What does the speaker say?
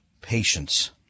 patience